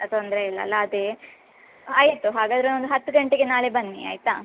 ತೊಂದರೆ ಇಲ್ಲ ಅಲ್ಲ ಅದೇ ಆಯಿತು ಹಾಗಾದರೆ ಒಂದು ಹತ್ತು ಗಂಟೆಗೆ ನಾಳೆ ಬನ್ನಿ ಆಯಿತಾ